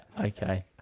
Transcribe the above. okay